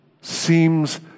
Seems